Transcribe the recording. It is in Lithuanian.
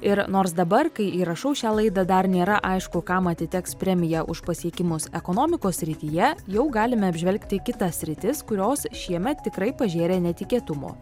ir nors dabar kai įrašau šią laidą dar nėra aišku kam atiteks premija už pasiekimus ekonomikos srityje jau galime apžvelgti kitas sritis kurios šiemet tikrai pažėrė netikėtumų